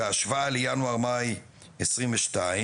בהשוואה לינואר מאי 2022,